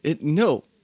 no